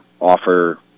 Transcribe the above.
offer